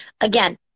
Again